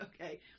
okay